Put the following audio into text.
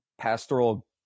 pastoral